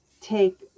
take